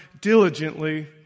diligently